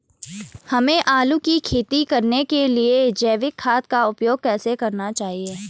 हमें आलू की खेती करने के लिए जैविक खाद का उपयोग कैसे करना चाहिए?